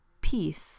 peace